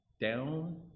down